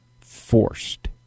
Forced